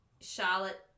Charlotte